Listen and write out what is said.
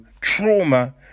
Trauma